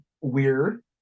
weird